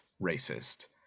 racist